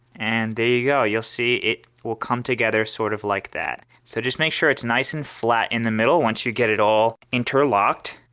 and there you go! you'll see it will come together sort of like that. so just make sure it's nice and flat in the middle once you get it all interlocked.